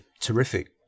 terrific